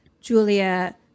Julia